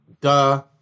Duh